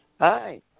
Hi